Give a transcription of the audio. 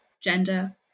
Gender